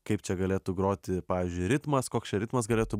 kaip čia galėtų groti pavyzdžiui ritmas koks čia ritmas galėtų